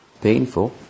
painful